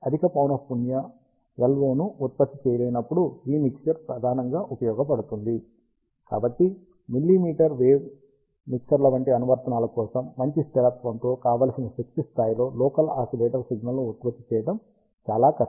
అధిక పౌనఃపున్య LO ను ఉత్పత్తి చేయలేనప్పుడు ఈ మిక్సర్ ప్రధానంగా ఉపయోగించబడుతుంది కాబట్టి మిల్లీమీటర్ వేవ్ మిక్సర్ల వంటి అనువర్తనాల కోసం మంచి స్థిరత్వంతో కావలసిన శక్తి స్థాయి లో లోకల్ ఆసిలేటర్ సిగ్నల్ను ఉత్పత్తి చేయడం చాలా కష్టం